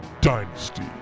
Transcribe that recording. Dynasty